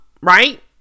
right